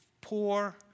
poor